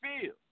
feel